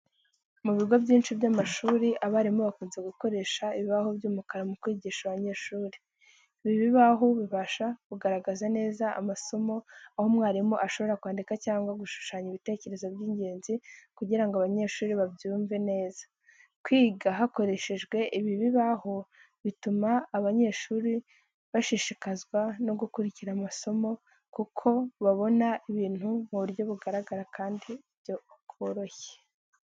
Mu bigo byinshi by’amashuri, abarimu bakunze gukoresha ibibaho by’umukara mu kwigisha abanyeshuri. Ibi bibaho bifasha mu kugaragaza neza amasomo, aho umwarimu ashobora kwandika cyangwa gushushanya ibitekerezo by’ingenzi kugira ngo abanyeshuri babyumve neza. Kwiga hakoreshejwe ibi bibaho bituma abanyeshuri bashishikazwa no gukurikira amasomo, kuko babona ibintu mu buryo bugaragara kandi bworoshye.